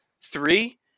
Three